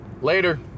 later